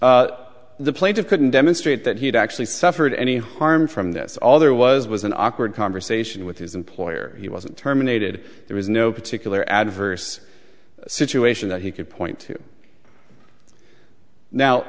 second the plaintiff couldn't demonstrate that he had actually suffered any harm from this all there was was an awkward conversation with his employer he wasn't terminated there was no particular adverse situation that he could point to now